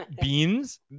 Beans